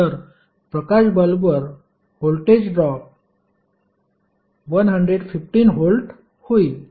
तर प्रकाश बल्बवर व्होल्टेज ड्रॉप 115 व्होल्ट होईल